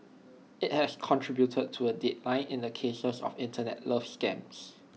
IT has contributed to A decline in the cases of Internet love scams